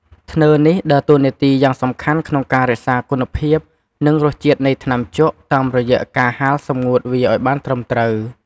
ធ្នើរនេះដើរតួនាទីយ៉ាងសំខាន់ក្នុងការរក្សាគុណភាព និងរសជាតិនៃថ្នាំជក់ តាមរយៈការហាលសម្ងួតវាអោយបានត្រឹមត្រូវ។